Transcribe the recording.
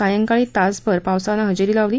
सायकाळी तासभर पावसानं हजेरी लावली